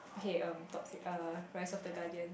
okay um top three uh Rise-of-the-Guardians